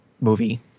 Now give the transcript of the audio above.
movie